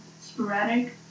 Sporadic